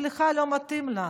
סליחה לא מתאים לנו.